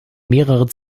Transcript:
mehrere